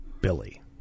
Billy